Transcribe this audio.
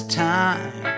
time